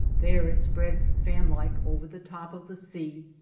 there it spreads fan-like over the top of the sea,